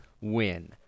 win